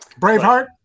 Braveheart